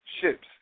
ships